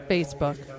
Facebook